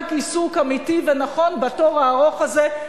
רק עיסוק אמיתי ונכון בתור הארוך הזה,